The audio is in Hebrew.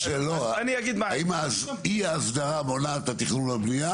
האם אי ההסדרה מונעת את תכנון הבנייה